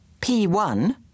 P1